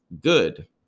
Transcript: good